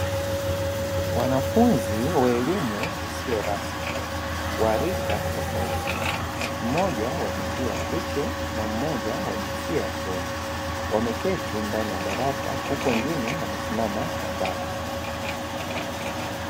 Wanafunzi wa elimu isiyo rasmi, wa rika tofauti mmoja wa jinsia ya kike na mmoja wa jinsia ya kiume, wameketi ndani ya darasa huku wengine wamesimama kwa mbali.